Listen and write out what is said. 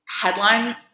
headline